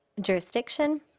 jurisdiction